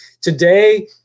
Today